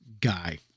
guy